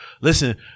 Listen